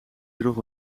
droeg